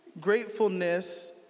gratefulness